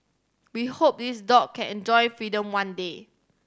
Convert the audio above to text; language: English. we hope this dog can enjoy freedom one day